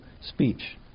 speech